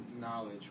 knowledge